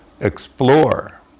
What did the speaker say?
explore